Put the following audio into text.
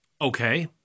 Okay